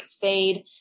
fade